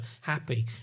Happy